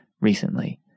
recently